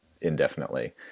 indefinitely